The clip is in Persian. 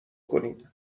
کنیم